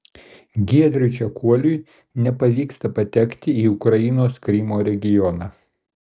giedriui čekuoliui nepavyksta patekti į ukrainos krymo regioną